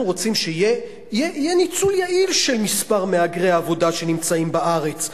אנחנו רוצים שיהיה ניצול יעיל של מספר מהגרי העבודה שנמצאים בארץ,